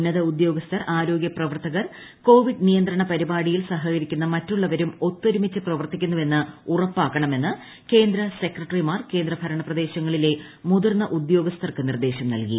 ഉന്നത ഉദ്യേഗസ്ഥർ ആരോഗ്യ പ്രവർത്തകർ കോവിഡ് നിയന്ത്രണ പരിപാടിയിൽ സഹകരിക്കുന്ന ഒത്തൊരുമിച്ച് മറ്റുള്ളവരും പ്രവർത്തിക്കുന്നുവെന്ന് ഉറപ്പാക്കണമെന്ന് കേന്ദ്ര സെക്രട്ടറിമാർ കേന്ദ്ര ഭരണ പ്രദേശങ്ങളിലെ മുതിർന്ന ഉദ്യോഗസ്ഥർക്ക് നിർദ്ദേശം നൽകി